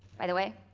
by the way,